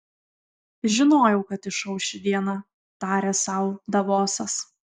žinojau kad išauš ši diena tarė sau davosas